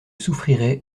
souffrirai